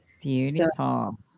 beautiful